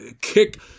kick